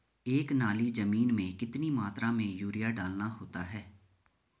एक नाली जमीन में कितनी मात्रा में यूरिया डालना होता है?